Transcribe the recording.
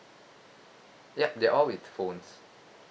yup they are all with phones